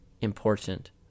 important